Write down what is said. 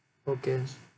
okay